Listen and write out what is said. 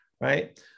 right